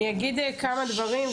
אני אגיד כמה דברים.